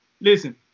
Listen